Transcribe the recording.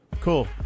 cool